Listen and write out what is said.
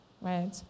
right